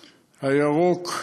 ו"הירוק"